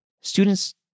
Students